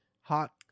hot